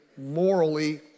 morally